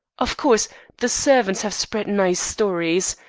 of course the servants have spread nice stories.